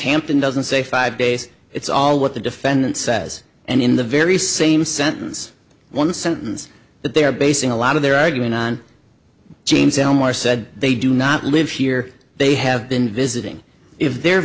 hampton doesn't say five days it's all what the defendant says and in the very same sentence one sentence that they are basing a lot of their argument on james elmore said they do not live here they have been visiting if they're